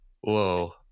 Whoa